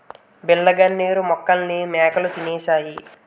బిళ్ళ గన్నేరు మొక్కల్ని మేకలు తినేశాయి